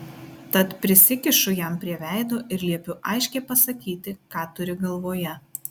tad prisikišu jam prie veido ir liepiu aiškiai pasakyti ką turi galvoje